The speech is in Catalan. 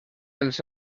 els